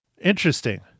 interesting